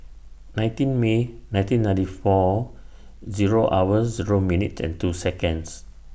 nineteen May nineteen ninety four Zero hour Zero minute and two Seconds